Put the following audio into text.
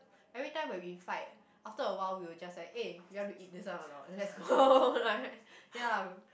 everytime when we fight after a while we'll just like eh you want to eat this one or not let's go ya